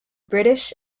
british